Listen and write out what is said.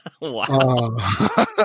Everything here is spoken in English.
Wow